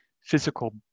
physical